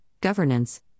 governance